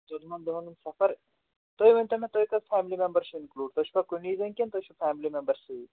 ژۄدٕہَن دۄہن ہُنٛد سَفر تُہۍ ؤنۍتو مےٚ تُہۍ کٔژ فیملی مٮ۪مبَر چھِو اِنکٕلیوٗڈ تُہۍ چھُوا کُنی زٔنۍ کِنہٕ تۄہہِ چھِو فیملی مٮ۪مبر سۭتۍ